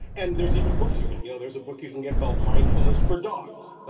and there's even books you get you know there's a book you can get called mindfulness for dogs.